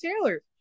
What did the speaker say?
Taylor